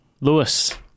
Lewis